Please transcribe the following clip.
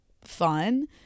fun